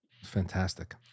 Fantastic